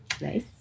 Nice